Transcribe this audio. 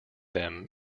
them